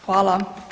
Hvala.